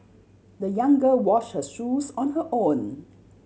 the young girl wash her shoes on her own